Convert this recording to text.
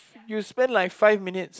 you spend like five minutes